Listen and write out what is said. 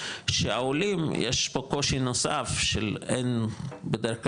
שהעולים יש פה קושי נוסף של אין בדרך כלל,